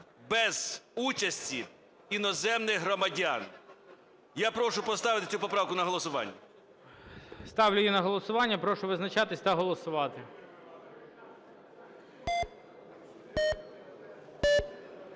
без участі іноземних громадян. Я прошу поставити цю поправку на голосування. ГОЛОВУЮЧИЙ. Ставлю її на голосування. Прошу визначатись та голосувати.